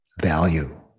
value